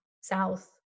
south